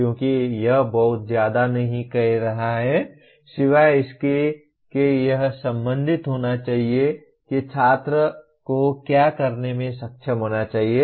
क्योंकि यह बहुत ज्यादा नहीं कह रहा है सिवाय इसके कि यह संबंधित होना चाहिए कि छात्र को क्या करने में सक्षम होना चाहिए